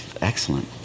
excellent